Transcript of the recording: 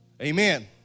Amen